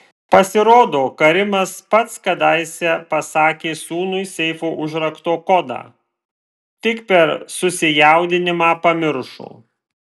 pasirodo karimas pats kadaise pasakė sūnui seifo užrakto kodą tik per susijaudinimą pamiršo